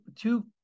two